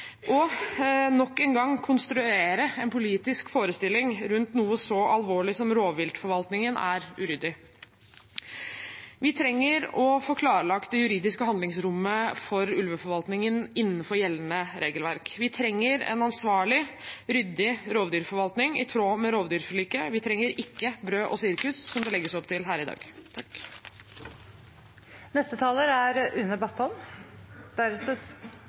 Å nok en gang konstruere en politisk forestilling rundt noe så alvorlig som rovviltforvaltningen, er uryddig. Vi trenger å få klarlagt det juridiske handlingsrommet for ulveforvaltningen innenfor gjeldende regelverk. Vi trenger en ansvarlig, ryddig rovdyrforvaltning i tråd med rovviltforliket, vi trenger ikke brød og sirkus, som det legges opp til her i dag.